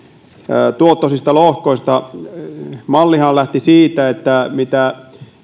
heikompituottoisista lohkoista mallihan lähti siitä että mitä